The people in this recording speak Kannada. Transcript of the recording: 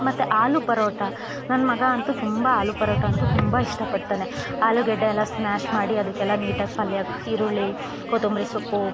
ಮತ್ತು ಆಲೂ ಪರೋಟ ನನ್ನ ಮಗ ಅಂತು ತುಂಬ ಆಲೂ ಪರೋಟ ಅಂತು ತುಂಬ ಇಷ್ಟ ಪಡ್ತಾನೆ ಆಲೂಗಡ್ಡೆಯೆಲ್ಲ ಸ್ಮ್ಯಾಷ್ ಮಾಡಿ ಅದಕ್ಕೆ ಎಲ್ಲ ನೀಟಾಗಿ ಪಲ್ಯ ಈರುಳ್ಳಿ ಕೊತ್ತಂಬ್ರಿ ಸೊಪ್ಪು